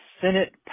Senate